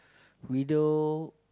video